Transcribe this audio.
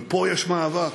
ופה יש מאבק.